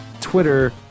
Twitter